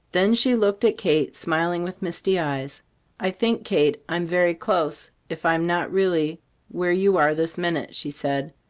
then she looked at kate, smiling with misty eyes i think, kate, i'm very close, if i am not really where you are this minute, she said.